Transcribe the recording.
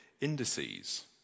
indices